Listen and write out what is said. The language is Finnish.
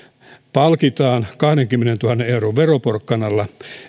palkitaan kahdenkymmenentuhannen euron veroporkkanalla